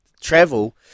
travel